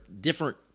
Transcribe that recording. different